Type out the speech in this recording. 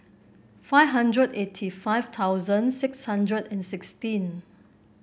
five hundred eighty five thousand six hundred and sixteen